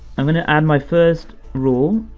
i'm gonna add my first rule,